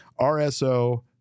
rso